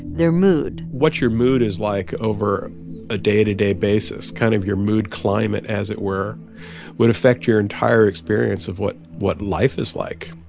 their mood what's your mood is like over a day-to-day basis kind of your mood climate, as it were would affect your entire experience of what what life is like.